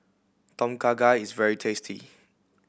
Tom Kha Gai is very tasty